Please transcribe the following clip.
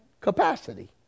capacity